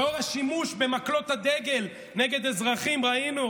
לנוכח השימוש במקלות הדגל נגד אזרחים: ראינו,